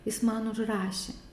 jis man užrašė